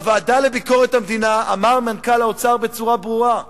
בוועדה לביקורת המדינה אמר מנכ"ל האוצר בצורה ברורה: